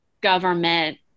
government